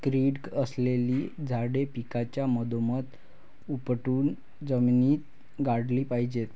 कीड असलेली झाडे पिकाच्या मधोमध उपटून जमिनीत गाडली पाहिजेत